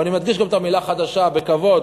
ואני מדגיש גם את המילה "חדשה" בכבוד,